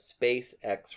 spacex